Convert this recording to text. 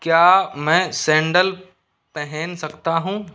क्या मैं सैंडल पहन सकता हूँ